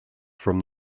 from